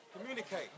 Communicate